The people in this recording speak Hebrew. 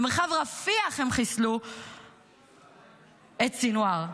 במרחב רפיח הם חיסלו את סנוואר,